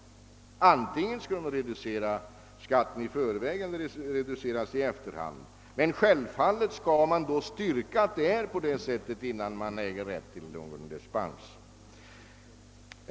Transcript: Antingen skulle skatten reduceras i förväg eller i efter hand, men självfallet skall man därvid styrka att man har rätt att få dispens.